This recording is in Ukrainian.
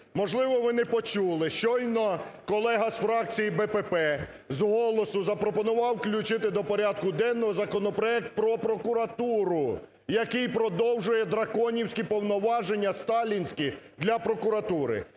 Можливо, ви не почули, щойно колега з фракції БПП з голосу запропонував включити до порядку денного законопроект про прокуратуру, який продовжує "драконівські" повноваження, сталінські для прокуратури.